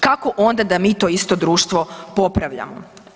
Kako onda da mi to isto društvo popravljamo?